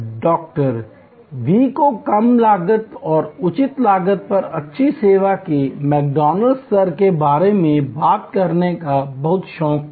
डॉवी को कम लागत और उचित लागत पर अच्छी सेवा के मैकडॉनल्ड्स स्तर के बारे में बात करने का बहुत शौक था